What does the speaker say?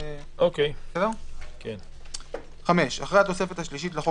תוספת חמישית ותוספת שישית 5. אחרי התוספת השלישית לחוק